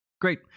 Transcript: Great